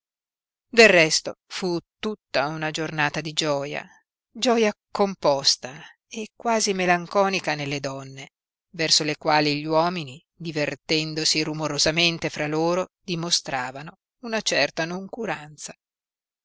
del resto fu tutta una giornata di gioia gioia composta e quasi melanconica nelle donne verso le quali gli uomini divertendosi rumorosamente fra loro dimostravano una certa noncuranza